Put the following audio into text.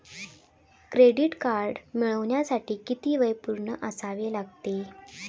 Credit card मिळवण्यासाठी किती वय पूर्ण असावे लागते?